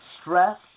stress